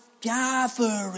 gathering